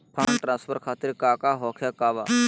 Fund transfer खातिर काका होखे का बा?